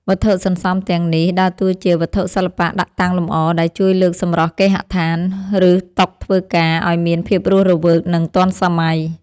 វត្ថុសន្សំទាំងនេះដើរតួជា វត្ថុសិល្បៈដាក់តាំងលម្អ ដែលជួយលើកសម្រស់គេហដ្ឋាន ឬតុធ្វើការឱ្យមានភាពរស់រវើក និងទាន់សម័យ។